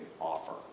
offer